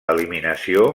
eliminació